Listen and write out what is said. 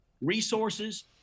resources